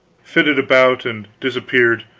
flitted about and disappeared,